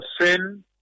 sin